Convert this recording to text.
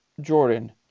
Jordan